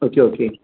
okay okay